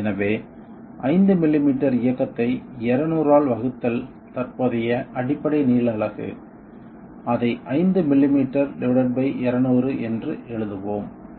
எனவே 5 மில்லிமீட்டர் இயக்கத்தை 200 ஆல் வகுத்தல் தற்போதைய அடிப்படை நீள அலகு அதை 5 மில்லிமீட்டர் 200 என்று எழுதுவோம்